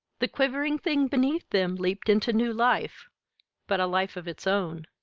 the quivering thing beneath them leaped into new life but a life of its own.